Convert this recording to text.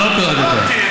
הסברתי.